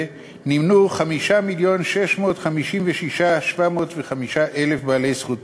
נמנו 5 מיליון ו-656,705 בעלי זכות בחירה,